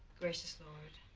gracious lord,